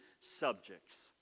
subjects